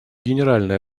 генеральной